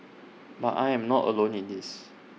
but I am not alone in this